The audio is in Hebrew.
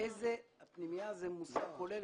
פנימייה זה מושג כולל,